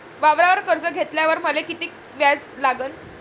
वावरावर कर्ज घेतल्यावर मले कितीक व्याज लागन?